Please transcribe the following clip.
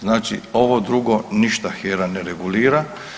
Znači ovo drugo ništa HERA ne regulira.